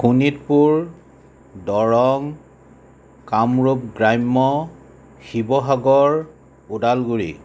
শোণিতপুৰ দৰং কামৰূপ গ্ৰাম্য শিৱসাগৰ ওদালগুৰি